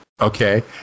Okay